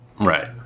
right